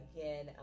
again